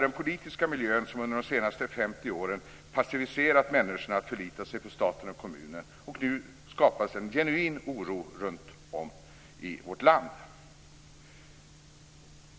Den politiska miljön har under de senaste 50 åren passiviserat människorna till att förlita sig på stat och kommun, och nu skapas en genuin oro runtom i vårt land.